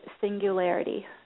singularity